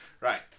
Right